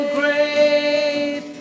great